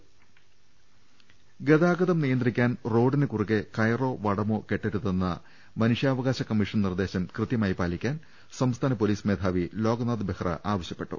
അട്ട്ട്ട്ട്ട്ട്ട്ട്ട ഗതാഗതം നിയന്ത്രിക്കാൻ റോഡിന് കുറുകെ കയറോ വടമോ കെട്ടരുതെന്ന മനുഷ്യാവകാശ കമ്മീഷൻ നിർദ്ദേശം കൃത്യമായി പാലിക്കാൻ സംസ്ഥാന പൊലീസ് മേധാവി ലോക്നാഥ് ബെഹ്റ ആവശ്യപ്പെട്ടു